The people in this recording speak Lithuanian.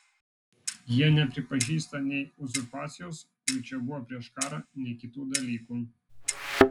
jie nepripažįsta nei uzurpacijos kuri čia buvo prieš karą nei kitų dalykų